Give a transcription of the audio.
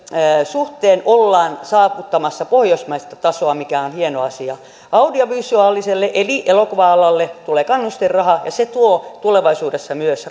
suhteen ollaan saavuttamassa pohjoismaista tasoa mikä on hieno asia audiovisuaaliselle eli elokuva alalle tulee kannustinraha ja se tuo tulevaisuudessa myös